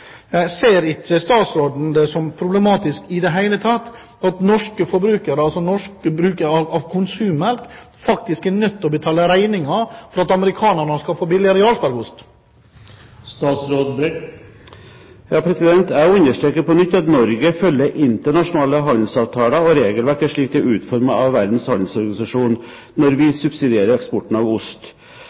Ser ikke statsråden det som problematisk i det hele tatt at norske forbrukere av konsummelk faktisk er nødt til å betale regningen for at amerikanerne skal få billigere Jarlsbergost? Jeg understreker på nytt at Norge følger internasjonale handelsavtaler og regelverket slik det er utformet av Verdens handelsorganisasjon når vi subsidierer eksporten av ost.